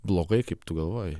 blogai kaip tu galvoji